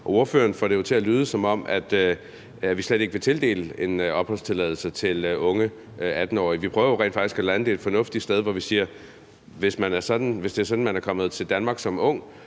Ordføreren får det jo til at lyde, som om vi slet ikke vil tildele opholdstilladelse til 18-årige unge. Vi prøver rent faktisk at lande det et fornuftigt sted, hvor vi siger, at hvis det er sådan, at man er kommet til Danmark som ung